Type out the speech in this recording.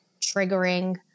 triggering